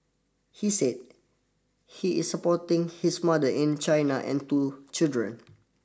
he said he is supporting his mother in China and two children